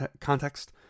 context